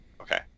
okay